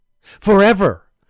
Forever